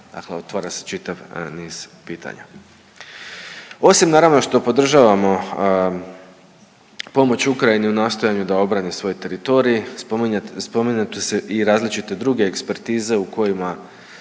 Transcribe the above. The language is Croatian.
otvara se čitav niz pitanja. Osim naravno što podržavamo pomoć Ukrajini u nastojanju da obrani svoj teritorij spominju se i različite druge ekspertize u kojima